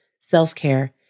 self-care